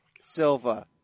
Silva